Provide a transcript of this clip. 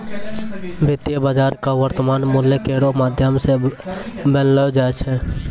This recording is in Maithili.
वित्तीय बाजार क वर्तमान मूल्य केरो माध्यम सें बनैलो जाय छै